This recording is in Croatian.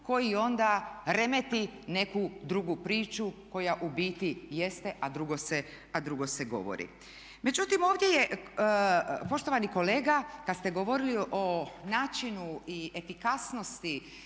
koji onda remeti neku drugu priču koja u biti jeste, a drugo se govori. Međutim, ovdje je poštovani kolega kad ste govorili o načinu i efikasnosti